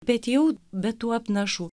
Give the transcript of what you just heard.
bet jau be tų apnašų